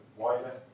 wider